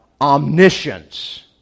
omniscience